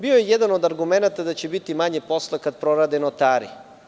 Bio je jedan argument da će biti manje posla kada prorade notari.